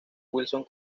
wilson